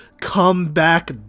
comeback